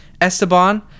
esteban